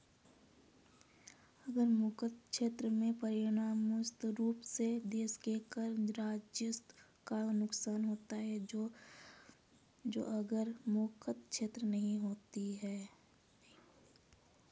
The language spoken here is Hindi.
कर मुक्त क्षेत्र के परिणामस्वरूप उन देशों को कर राजस्व का नुकसान होता है जो कर मुक्त क्षेत्र नहीं हैं